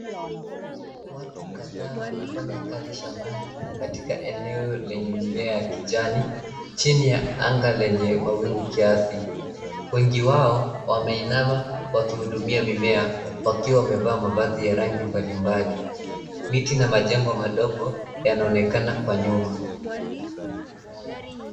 Watu kadhaa wanafanya kazi shambani katika eneo lenye mimea ya kijani chini ya anga lenye mawingu kiasi. Wengi wao wameinama wakihudumia mimea, wakiwa wamevalia mavazi ya rangi mbalimbali. Miti na majengo madogo yanaonekana kwa nyuma.